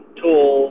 tool